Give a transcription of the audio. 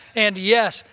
and yes,